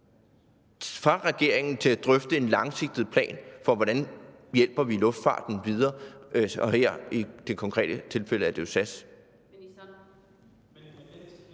fra regeringen til at drøfte en langsigtet plan for, hvordan vi hjælper luftfarten videre. Og her i det konkrete tilfælde er det jo SAS.